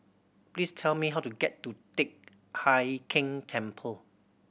please tell me how to get to Teck Hai Keng Temple